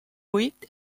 huit